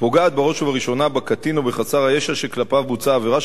פוגעת בראש ובראשונה בקטין או בחסר הישע שכלפיו בוצעה העבירה,